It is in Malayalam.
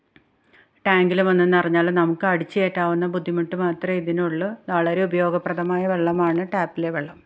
ടാങ്കിൽ വന്നു നിറഞ്ഞാലും നമുക്ക് അടിച്ചു കയറ്റാവുന്ന ബുദ്ധിമുട്ട് മാത്രമേ ഇതിനുള്ളൂ വളരെ ഉപയോഗപ്രദമായ വെള്ളമാണ് ടാപ്പിലെ വെള്ളം